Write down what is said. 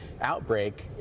outbreak